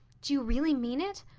do you really mean it?